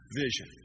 vision